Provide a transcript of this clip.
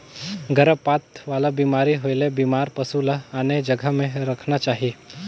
गरभपात वाला बेमारी होयले बेमार पसु ल आने जघा में रखना चाही